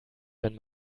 wenn